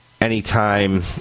anytime